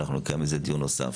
ואנחנו נקיים על זה דיון נוסף.